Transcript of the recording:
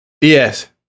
Yes